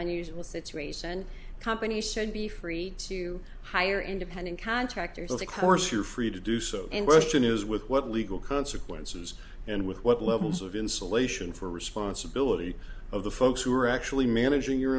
unusual situation companies should be free to hire independent contractors to course you're free to do so and russian is with what legal consequences and with what levels of insulation for responsibility of the folks who are actually managing your